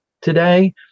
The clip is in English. today